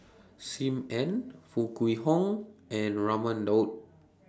SIM Ann Foo Kwee Horng and Raman Daud